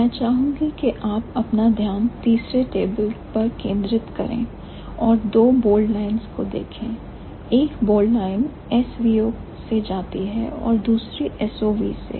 मैं चाहूंगी कि आप अपना ध्यान तीसरे टेबल पर केंद्रित करें और दो बोल्ड लाइंस को देखें एक बोल्ड लाइन SVO से जाती है और दूसरी SOV से